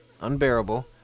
Unbearable